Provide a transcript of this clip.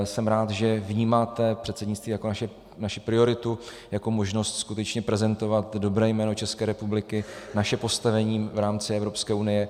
Jsem rád, že vnímáte předsednictví jako naši prioritu, jako možnost skutečně prezentovat dobré jméno České republiky, naše postavení v rámci Evropské unie.